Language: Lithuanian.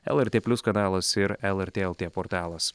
lrt plius kanalas ir lrt lt portalas